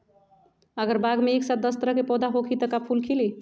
अगर बाग मे एक साथ दस तरह के पौधा होखि त का फुल खिली?